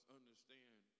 understand